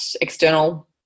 external